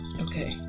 Okay